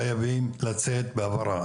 חייבים לצאת בהבהרה.